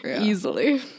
easily